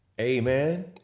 Amen